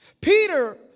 Peter